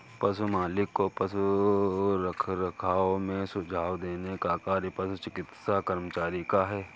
पशु मालिक को पशु रखरखाव में सुझाव देने का कार्य पशु चिकित्सा कर्मचारी का है